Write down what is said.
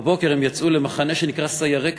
הבוקר הם יצאו למחנה שנקרא "סיירי קטיף"